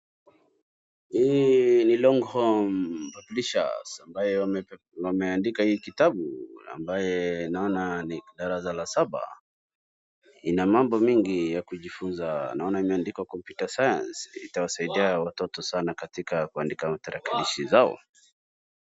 Hii ni Longhorn Publishers ambaye wameandika hii kitabu ambaye naona ni darasa la saba. Ina mambo mengi ya kujifunza. Naona imeandikwa computer science itawasaidia watoto sana katika kuandika tarakalishi zao.